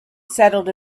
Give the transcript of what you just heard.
settled